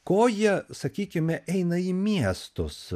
ko jie sakykime eina į miestus